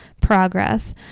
progress